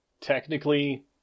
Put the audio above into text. technically